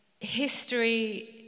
history